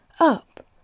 up